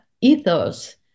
ethos